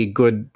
good